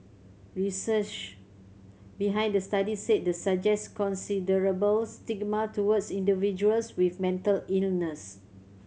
research behind the study said this suggests considerable stigma towards individuals with mental illness